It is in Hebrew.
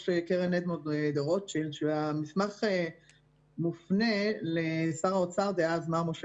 קרן אדמונד דה רוטשילד והמסמך מופנה לשר האוצר דאז מר משה